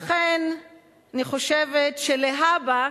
לכן אני חושבת שלהבא,